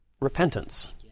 repentance